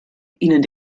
ihnen